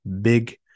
big